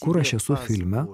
kur aš esu filme